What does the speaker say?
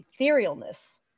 Etherealness